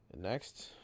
Next